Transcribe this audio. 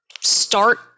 start